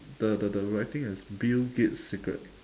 the the the writing is bill gates secret